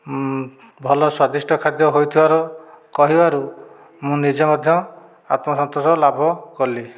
ଭଲ ସ୍ୱାଦିଷ୍ଟ ଖାଦ୍ୟ ହୋଇଥିବାରୁ କହିବାରୁ ମୁଁ ନିଜେ ମଧ୍ୟ ଆତ୍ମସନ୍ତୋଷ ଲାଭ କଲି